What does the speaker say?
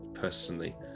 personally